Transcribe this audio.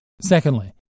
Secondly